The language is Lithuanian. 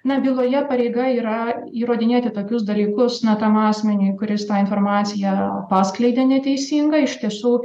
na byloje pareiga yra įrodinėti tokius dalykus na tam asmeniui kuris tą informaciją paskleidė neteisingą iš tiesų